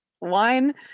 wine